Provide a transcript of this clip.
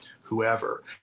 whoever